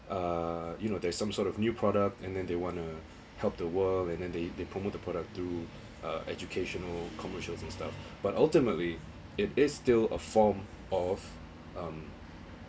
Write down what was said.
uh you know there's some sort of new product and then they want to help the world and then they they promote the product through uh educational commercials and stuff but ultimately it is still a form of um